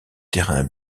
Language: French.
terrain